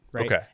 Okay